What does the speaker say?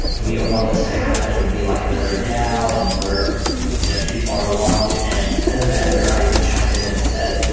we don't want this to happen. it would be like another dao and we're you know too far along. and as an editor, i even chimed in and said,